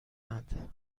اند